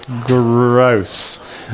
Gross